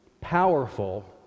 powerful